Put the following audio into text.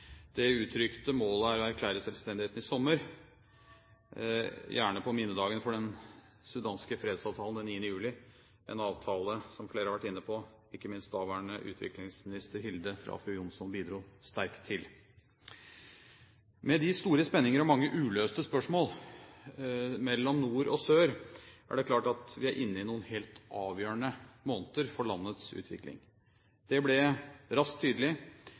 Det uttrykte målet er å erklære selvstendigheten i sommer, gjerne på minnedagen for den sudanske fredsavtalen, den 9. juli, en avtale som flere har vært inne på, og som ikke minst vår daværende utviklingsminister, Hilde Frafjord Johnson, bidro sterkt til. Med de store spenninger og mange uløste spørsmål mellom nord og sør er det klart at vi er inne i noen helt avgjørende måneder for landets utvikling. Det ble raskt tydelig